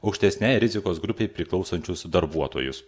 aukštesnei rizikos grupei priklausančius darbuotojus